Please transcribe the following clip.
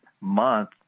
month